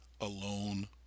alone